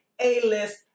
a-list